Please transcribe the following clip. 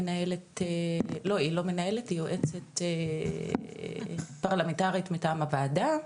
שהיא יועצת פרלמנטרית מטעם הוועדה,